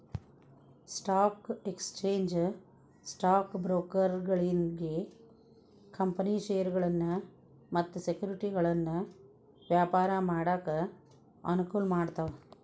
stock exchange stock ಬ್ರೋಕರ್ಗಳಿಗಿ company ಷೇರಗಳನ್ನ ಮತ್ತ ಸೆಕ್ಯುರಿಟಿಗಳನ್ನ ವ್ಯಾಪಾರ ಮಾಡಾಕ ಅನುಕೂಲ ಮಾಡ್ತಾವ